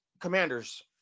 commanders